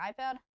ipad